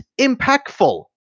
impactful